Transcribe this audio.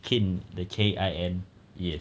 kin the kin yes